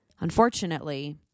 Unfortunately